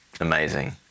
amazing